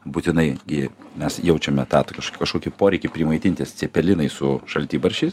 būtinai gi mes jaučiame tą kažko kažkokį poreikį primaitintis cepelinais su šaltibarščiais